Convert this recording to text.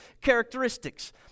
characteristics